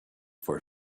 for